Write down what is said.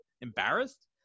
embarrassed